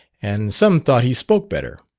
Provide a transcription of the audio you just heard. and some thought he spoke better.